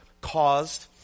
caused